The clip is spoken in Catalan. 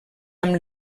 amb